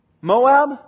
Moab